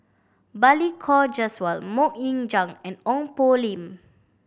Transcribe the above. Balli Kaur Jaswal Mok Ying Jang and Ong Poh Lim